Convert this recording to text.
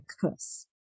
curse